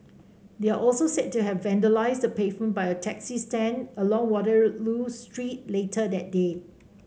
they are also said to have vandalised the pavement by a taxi stand along Waterloo Street later that day